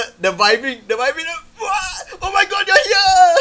the vibing the vibing then !wah! oh my god you're here